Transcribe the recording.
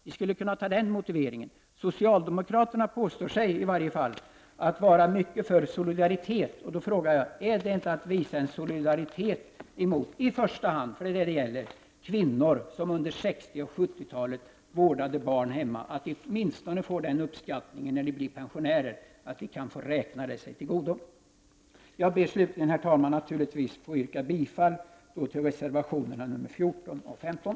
Vi skulle kunna använda den motiveringen. Socialdemokraterna påstår sig i alla fall vara mycket för solidaritet. Jag frågar då: Är det inte att visa solidaritet mot i första hand kvinnor — det är dem det gäller — som under 1960 och 1970-talen vårdade barn hemma, att när de blir pensionärer åtminstone ge dem den uppskattningen att de kan få räkna sig detta till godo? Jag ber slutligen, herr talman, naturligtvis att få yrka bifall till reservationerna 14 och 15.